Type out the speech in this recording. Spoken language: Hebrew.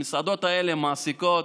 המסעדות האלה מעסיקות,